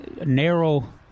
narrow